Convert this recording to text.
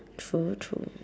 true true